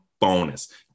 bonus